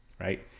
right